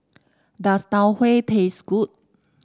does Tau Huay taste good